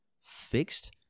fixed